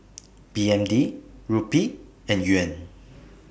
B N D Rupee and Yuan